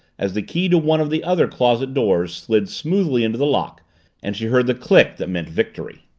as the key to one of the other closet doors slid smoothly into the lock and she heard the click that meant victory.